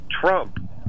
Trump